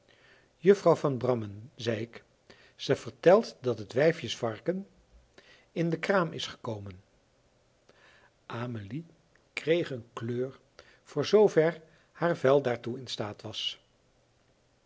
juffrouw van brammen zei ik ze vertelt dat het wijfjesvarken in de kraam is gekomen amelie kreeg een kleur voor zoover haar vel daartoe in staat was